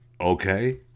Okay